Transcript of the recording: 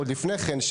עוד לפני כן,